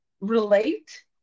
relate